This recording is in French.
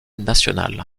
nationale